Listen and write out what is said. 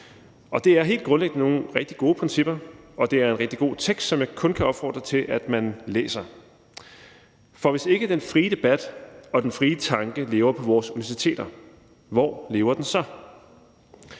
Det er helt grundlæggende nogle rigtig gode principper, og det er en rigtig god tekst, som jeg kun kan opfordre til at man læser. Hvis ikke den frie debat og den frie tanke lever på vores universiteter, hvor lever den